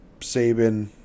Saban